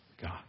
God